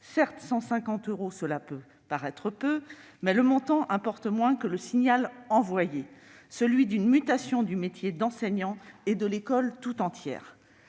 Certes, 150 euros, cela peut paraître peu, mais le montant importe moins que le signal envoyé : celui d'une mutation du métier d'enseignant et de l'école tout entière.